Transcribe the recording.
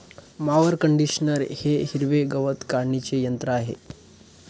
mower conditioner हे हिरवे गवत काढणीचे यंत्र आहे